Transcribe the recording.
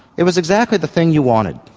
it was exactly the thing you wanted.